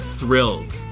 thrilled